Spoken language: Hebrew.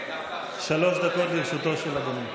שלוש דקות לרשותו של אדוני,